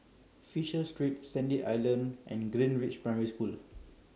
Fisher Street Sandy Island and Greenridge Primary School